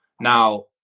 Now